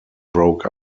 broke